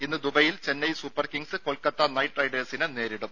ഇന്ന് ദുബായിൽ Chennai super kings Kolkata knight റൈഡേഴ്സിനെ നേരിടും